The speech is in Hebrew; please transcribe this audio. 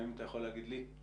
היום